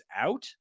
out